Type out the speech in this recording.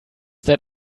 that